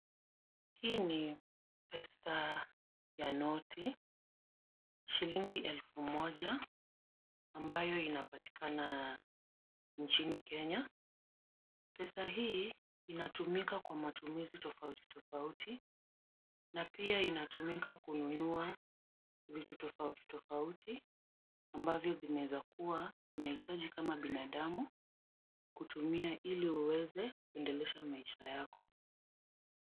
Hii ni pesa ya noti. Shilingi elfu moja ambayo inapatikana nchini Kenya. Pesa hii inatumika kwa matumizi tofauti tofauti na pia inatumika kununua vitu tofauti tofauti ambavyo vinaweza kuwa unahitaji kama binadamu kutumia ili uweze kuendelesha maisha yako.